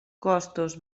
costos